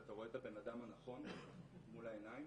שאתה רואה את הבנאדם הנכון מול העיניים,